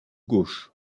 gauche